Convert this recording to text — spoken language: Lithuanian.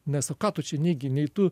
nes o ką tu čia neigi nei tu